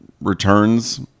returns